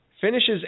finishes